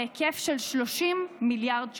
בהיקף של 30 מיליארד שקלים,